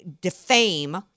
defame